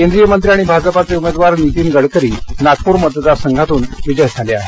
केंद्रीय मंत्री आणि भाजपाचे उमेदवार नीतीन गडकरी नागपूर मतदारसंघातून विजयी झाले हेत